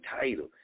title